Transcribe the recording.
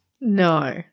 No